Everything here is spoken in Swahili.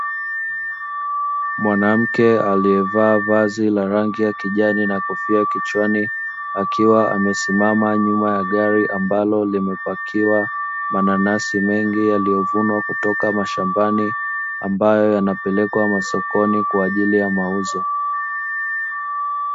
Mwanamke aliyevaa vazi la rangi ya kijani na kofia kichwani akiwa amesimama nyuma ya gari, ambalo limepakiwa mananasi mengi yaliyovunwa kutoka mashambani ambayo yanapelekwa masokoni kwa ajili ya mauzo.